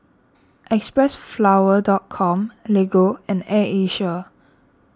Xpressflower dot com Lego and Air Asia